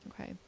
Okay